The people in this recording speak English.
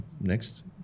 next